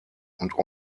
und